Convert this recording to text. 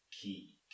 key